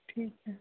ਠੀਕ ਹੈ